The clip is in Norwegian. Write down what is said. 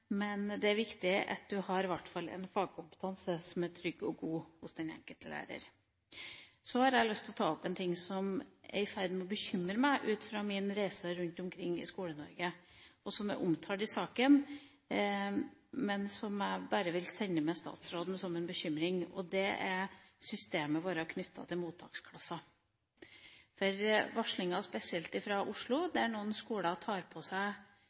det er viktig at vi i hvert fall har en fagkompetanse som er trygg og god hos den enkelte lærer. Så har jeg lyst til å ta opp en ting som er i ferd med å bekymre meg etter mine reiser rundt omkring i Skole-Norge, som jeg omtalte i saken, men som jeg bare vil sende med statsråden som en bekymring: systemene våre knyttet til mottaksklasser. Varslinga, spesielt fra Oslo, der noen skoler tar på seg